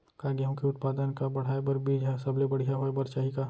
का गेहूँ के उत्पादन का बढ़ाये बर बीज ह सबले बढ़िया होय बर चाही का?